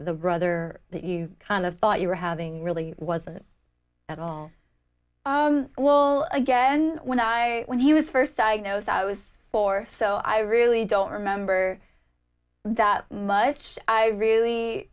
the brother that you kind of thought you were having really wasn't at all will again when i when he was first diagnosed i was four so i really don't remember that much i really